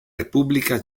repubblica